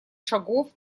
шагов